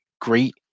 great